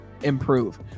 improve